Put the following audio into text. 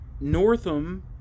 Northam